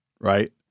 right